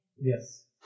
Yes